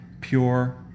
pure